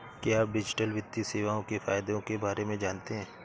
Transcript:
क्या आप डिजिटल वित्तीय सेवाओं के फायदों के बारे में जानते हैं?